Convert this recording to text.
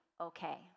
okay